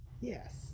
Yes